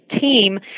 team